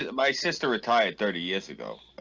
my sister retired thirty years ago.